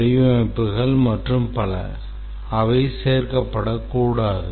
வடிவமைப்புகள் மற்றும் பல அவை சேர்க்கப்படக்கூடாது